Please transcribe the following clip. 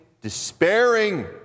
despairing